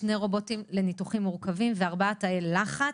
שני רובוטים לניתוחים מורכבים וארבעה תאי לחץ.